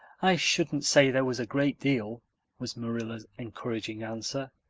i shouldn't say there was a great deal was marilla's encouraging answer.